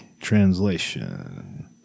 translation